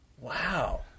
Wow